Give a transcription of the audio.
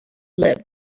live